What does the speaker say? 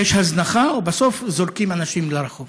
יש הזנחה, ובסוף זורקים אנשים לרחוב.